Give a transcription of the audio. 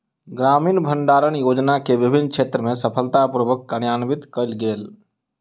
ग्रामीण भण्डारण योजना के विभिन्न क्षेत्र में सफलता पूर्वक कार्यान्वित कयल गेल